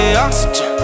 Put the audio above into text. oxygen